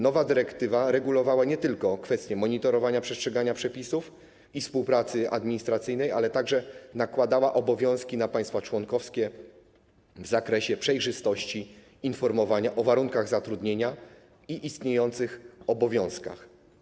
Nowa dyrektywa nie tylko regulowała kwestie monitorowania przestrzegania przepisów i współpracy administracyjnej, ale także nakładała obowiązki na państwa członkowskie w zakresie przejrzystości informowania o warunkach zatrudnienia i istniejących obowiązkach.